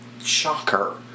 shocker